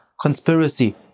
conspiracy